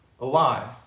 alive